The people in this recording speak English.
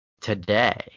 today